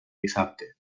dissabte